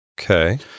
Okay